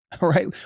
right